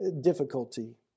difficulty